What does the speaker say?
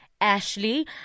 Ashley